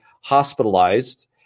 hospitalized